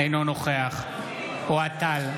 אינו נוכח אוהד טל,